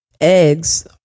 eggs